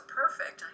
perfect